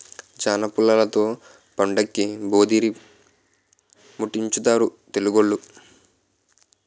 జనపుల్లలతో పండక్కి భోధీరిముట్టించుతారు తెలుగోళ్లు